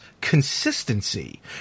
consistency